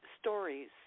stories